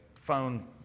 phone